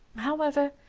however,